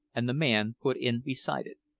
and the man put in beside it.